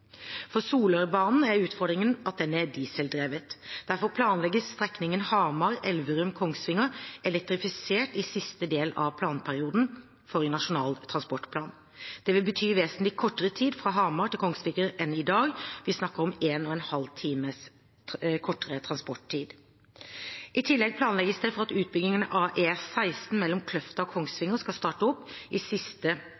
For Solørbanen er utfordringen at den er dieseldrevet. Derfor planlegges strekningen Hamar–Elverum–Kongsvinger elektrifisert i siste del av planperioden for Nasjonal transportplan. Det vil bety vesentlig kortere tid fra Hamar til Kongsvinger enn i dag – vi snakker om én og en halv time kortere transporttid. I tillegg planlegges det for at utbyggingen av E16 mellom Kløfta og